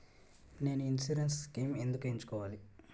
నేను insurance schemes ఎందుకు ఎంచుకోవాలి?